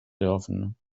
dürfen